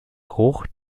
geruch